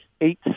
eight